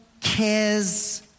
cares